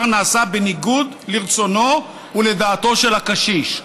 נעשה בניגוד לרצונו ולדעתו של הקשיש.